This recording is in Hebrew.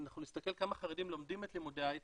נסתכל כמה חרדים לומדים את לימודי ההייטק,